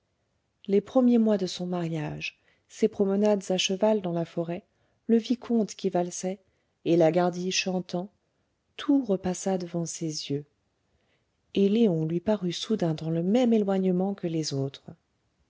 les premiers mois de son mariage ses promenades à cheval dans la forêt le vicomte qui valsait et lagardy chantant tout repassa devant ses yeux et léon lui parut soudain dans le même éloignement que les autres